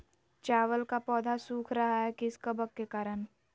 चावल का पौधा सुख रहा है किस कबक के करण?